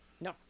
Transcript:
No